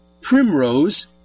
primrose